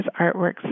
artworks